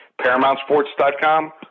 ParamountSports.com